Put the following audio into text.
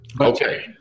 Okay